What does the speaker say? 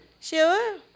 Sure